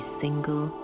single